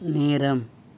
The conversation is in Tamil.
நேரம்